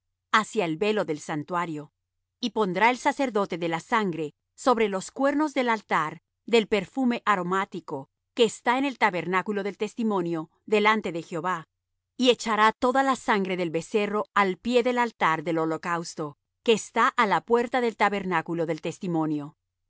hacia el velo del santuario y pondrá el sacerdote de la sangre sobre los cuernos del altar del perfume aromático que está en el tabernáculo del testimonio delante de jehová y echará toda la sangre del becerro al pie del altar del holocausto que está á la puerta del tabernáculo del testimonio